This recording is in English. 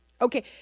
Okay